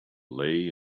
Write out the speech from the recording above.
lay